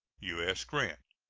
u s. grant.